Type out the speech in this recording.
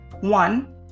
One